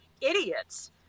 idiots